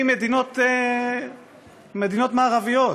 ממדינות מערביות.